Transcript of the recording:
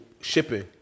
shipping